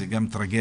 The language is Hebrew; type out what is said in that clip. שזה גם טרגדיה.